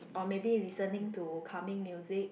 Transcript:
or maybe listening to calming music